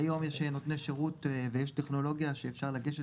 כיום יש נותני שירות ויש טכנולוגיה שאפשר לגשת